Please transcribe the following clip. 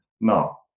no